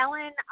Ellen